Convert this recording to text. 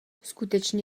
skutečně